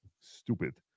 stupid